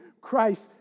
Christ